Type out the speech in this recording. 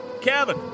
Kevin